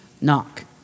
knock